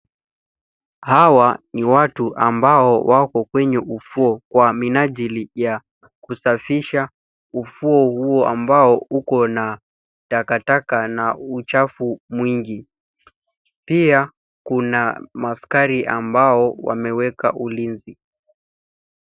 Hawa ni watu ambao wako kwenye ufuo kwa minajili ya kusafisha ufuo huo ambao ukona takataka na uchafu mwingi. Pia kuna maaskari ambao wameweka ulinzi.